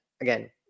again